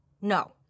No